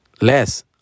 less